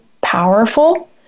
powerful